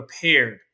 prepared